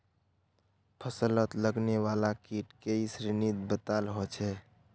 फस्लोत लगने वाला कीट कई श्रेनित बताल होछे